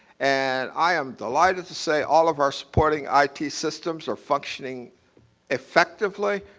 and i am delighted to say all of our supporting i t. systems are functioning effectively,